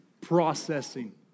processing